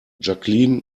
jacqueline